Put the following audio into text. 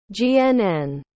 GNN